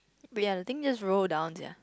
but ya the thing just roll down sia